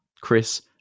Chris